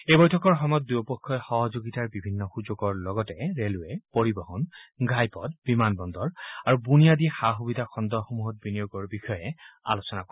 এই বৈঠকৰ সময়ত দুয়োপক্ষই সহযোগিতাৰ বিভিন্ন সূযোগৰ লগতে ৰেলবে পৰিবহন ঘাইপথ বিমান বন্দৰ আৰু বুনিয়াদী সা সুবিধা খণ্ডসমূহত বিনিয়োগৰ বিষয়ে আলোচনা কৰে